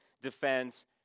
defense